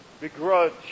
begrudge